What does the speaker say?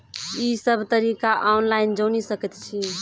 ई सब तरीका ऑनलाइन जानि सकैत छी?